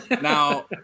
Now